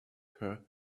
her